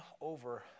over